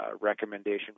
Recommendation